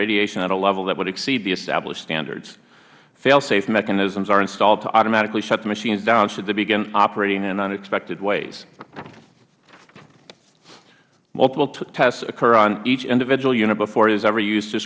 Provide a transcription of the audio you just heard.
radiation at a level that would exceed the established standards failsafe mechanisms are installed to automatically shut the machines down should they begin operating in unexpected ways multiple tests occur on each individual unit before it is ever used to